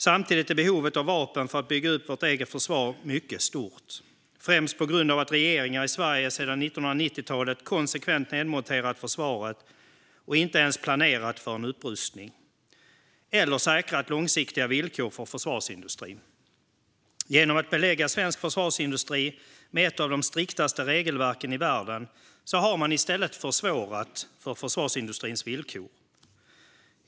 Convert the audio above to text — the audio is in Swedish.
Samtidigt är behovet av vapen för att bygga upp vårt eget försvar mycket stort, främst på grund av att regeringar i Sverige sedan 1990-talet konsekvent nedmonterat försvaret och inte ens planerat för en upprustning eller säkrat långsiktiga villkor för försvarsindustrin. Genom att belägga svensk försvarsindustri med ett av de striktaste regelverken i världen har man i stället försämrat försvarsindustrins villkor.